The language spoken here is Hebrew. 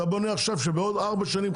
אתה בונה עכשיו שבעוד 4 שנים,